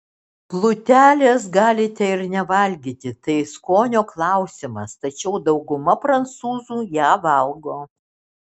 plutelės galite ir nevalgyti tai skonio klausimas tačiau dauguma prancūzų ją valgo